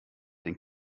den